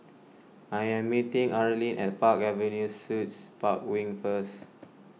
I am meeting Arlin at Park Avenue Suites Park Wing first